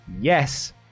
Yes